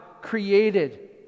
created